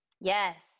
Yes